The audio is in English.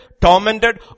tormented